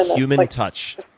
ah human like touch.